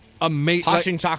amazing